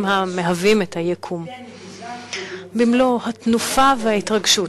המהווים את היקום במלוא התנופה וההתרגשות,